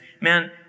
man